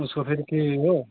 उसको फेरि के हो हो